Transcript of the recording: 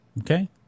Okay